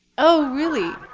oh, really?